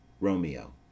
romeo